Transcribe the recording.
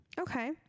okay